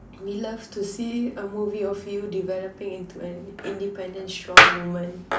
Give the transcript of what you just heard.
we love to see a movie of you developing into an independent strong woman